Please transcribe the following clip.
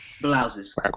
Blouses